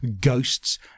ghosts